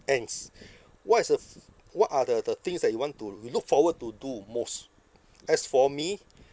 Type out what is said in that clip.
ends what is the f~ what are the the things that you want to you look forward to do most as for me